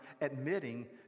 admitting